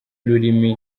ururimi